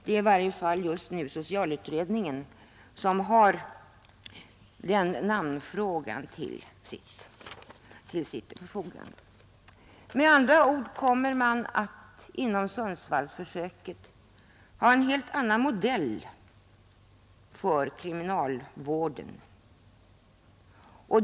I varje fall har just nu socialutredningen namnfrågan under övervägande. Med andra ord kommer man i Sundsvallsförsöket att ha en helt annan modell för kriminalvården.